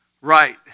Right